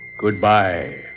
Goodbye